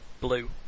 blue